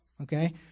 okay